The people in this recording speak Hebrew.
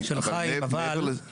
אבל מעבר לזה --- אבל,